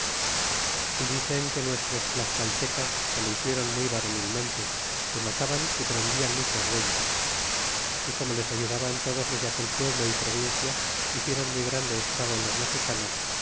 y dicen que nuestros tlascaltecas que lo hicleron muy varonilmente que mataban y prendian muchos dellos y como les ayudaban todos los de aquel pueblo y provincia hicieron muy grande estrago en los mexicanos